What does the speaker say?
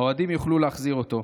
האוהדים יוכלו להחזיר אותו.